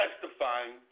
testifying